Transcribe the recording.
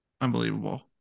Unbelievable